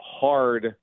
hard